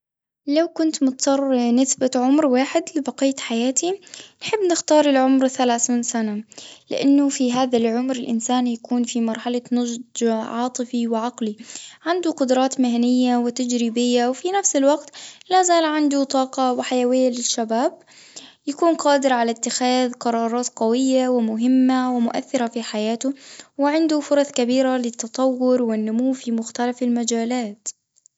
لو كنت مضطر نثبت عمر واحد لبقية حياتي نحب نختار العمر ثلاثين سنة، لأنه في هذا العمر الإنسان يكون في مرحلة نضج عاطفي وعقلي، عنده قدرات مهنية وتجريبية وفي نفس الوقت لا زال عنده طاقة وحيوية للشباب ، يكون قادر على اتخاذ قرارات قوية ومهمة ومؤثرة في حياته، وعنده فرص كبيرة للتطور والنمو في مختلف المجالات.